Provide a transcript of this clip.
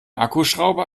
akkuschrauber